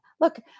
look